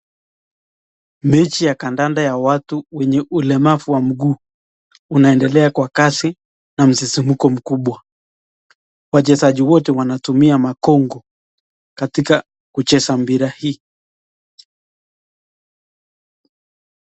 Mechi ya kadada ya watu wenye ulemavu wa mguu unaendelea kwa kasi na msisimko mkubwa. Wachezaji wote wanatumia makongo katika kucheza mpira hii.